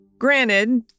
Granted